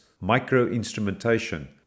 micro-instrumentation